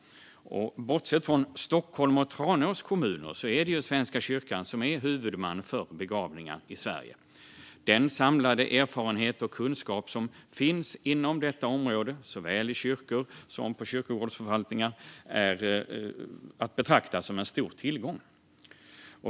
Bortsett från Stockholms och Tranås kommuner är det Svenska kyrkan som är huvudman för begravningar i Sverige. Den samlade erfarenhet och kunskap som finns inom detta område såväl i kyrkor som på kyrkogårdsförvaltningar är att betrakta som en stor tillgång.